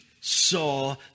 saw